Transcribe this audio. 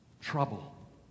trouble